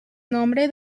nombre